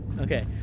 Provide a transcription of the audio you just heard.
Okay